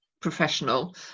professional